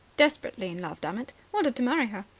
desperately in love, dammit. wanted to marry her.